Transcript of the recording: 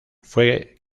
fue